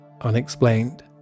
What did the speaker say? unexplained